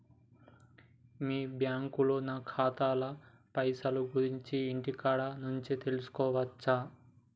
మీ బ్యాంకులో నా ఖాతాల పైసల గురించి ఇంటికాడ నుంచే తెలుసుకోవచ్చా?